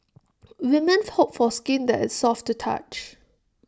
women hope for skin that is soft to touch